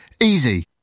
Easy